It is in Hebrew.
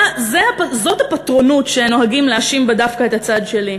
זאת הפטרונות שנוהגים להאשים בה דווקא את הצד שלי.